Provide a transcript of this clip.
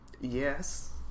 Yes